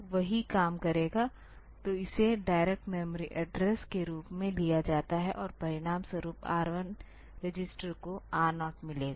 तो यह वही काम करेगा तो इसे डायरेक्ट मेमोरी एड्रेस के रूप में लिया जाता है और परिणामस्वरूप R1 रजिस्टर को R0 मिलेगा